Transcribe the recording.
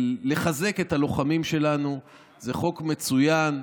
לחזק את הלוחמים שלנו, זה חוק מצוין.